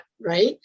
right